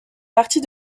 partie